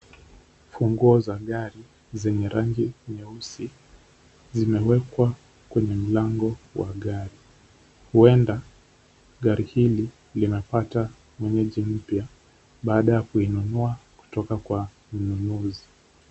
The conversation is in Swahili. Funguo za gari zenye rangi nyeusi, zimewekwa kwenye mlango wa gari, huenda gari hili linapata muuzi mpya baada ya kuinunua kutoka kwa mnunuzi.